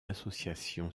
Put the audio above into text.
association